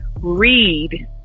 read